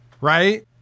right